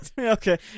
okay